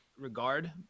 regard